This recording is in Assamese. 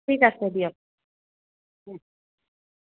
ঠিক আছে দিয়ক